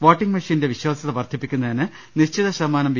voting മെഷീന്റെ വിശ്വാസ്യത വർദ്ധിപ്പിക്കുന്നതിന് നിശ്ചിത ശതമാനം വി